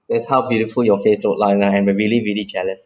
that's how beautiful your face look like lah and I'm really really jealous